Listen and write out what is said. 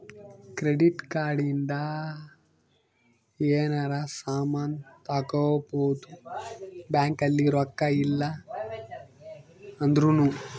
credit card ಇಂದ ಯೆನರ ಸಾಮನ್ ತಗೊಬೊದು ಬ್ಯಾಂಕ್ ಅಲ್ಲಿ ರೊಕ್ಕ ಇಲ್ಲ ಅಂದೃನು